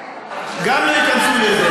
וגם הן לא ייכנסו לזה,